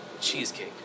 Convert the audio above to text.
cheesecake